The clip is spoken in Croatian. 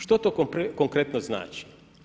Što to konkretno znači?